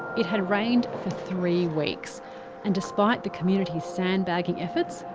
it had rained for three weeks and despite the community's sandbagging efforts,